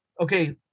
okay